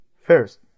first